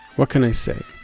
what can i say?